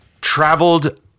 traveled